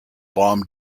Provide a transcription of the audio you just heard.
bomb